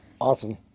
Awesome